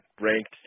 ranked